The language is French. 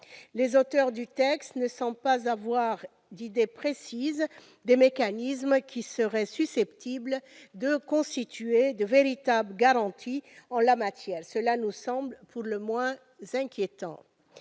proposition de loi ne semblent pas avoir d'idée précise des mécanismes qui seraient susceptibles de constituer de véritables garanties en la matière, ce qui nous semble pour le moins inquiétant.